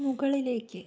മുകളിലേക്ക്